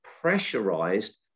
pressurized